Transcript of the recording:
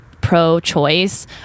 pro-choice